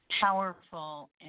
powerful